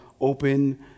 open